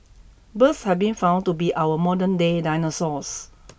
birds have been found to be our modernday dinosaurs